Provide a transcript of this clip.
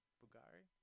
bugari